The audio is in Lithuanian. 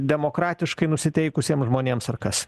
demokratiškai nusiteikusiem žmonėms ar kas